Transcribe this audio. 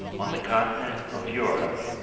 on the continent of europe,